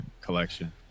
collection